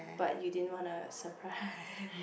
but you didn't wanna surprise